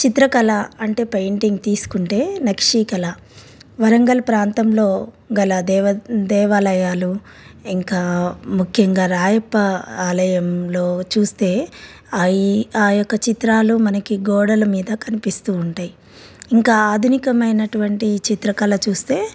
చిత్రకళ అంటే పెయింటింగ్ తీసుకుంటే నక్షీకళ వరంగల్ ప్రాంతంలో గల దేవ దేవాలయాలు ఇంకా ముఖ్యంగా రాయప ఆలయంలో చూస్తే ఆయి ఆ యొక్క చిత్రాలు మనకి గోడల మీద కనిపిస్తూ ఉంటాయి ఇంకా ఆధునికమైనటువంటి చిత్రకళ చూస్తే